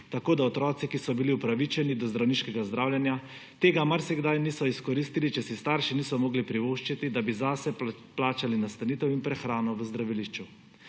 tako da otroci, ki so bili upravičeni do zdraviliškega zdravljenja, tega marsikdaj niso izkoristili, če si starši niso mogli privoščiti, da bi zase plačali nastanitev in prehrano v zdravilišču.